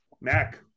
Mac